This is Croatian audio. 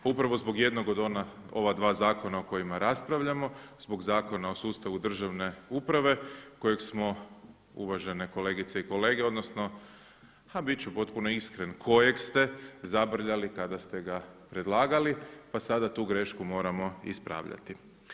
Pa upravo zbog jednog od ova dva zakona o kojima raspravljamo, zbog Zakona o sustavu državne uprave kojeg smo uvažene kolegice i kolege odnosno a bit ću potpuno iskren kojeg ste zabrljali kada ste ga predlagali pa sada tu grešku moramo ispravljati.